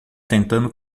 tentando